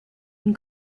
une